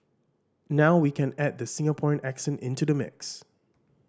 now we can add the Singaporean accent into the mix